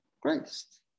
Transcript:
Christ